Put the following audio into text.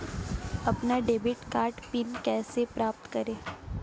अपना debit card pin कैसे प्राप्त करें?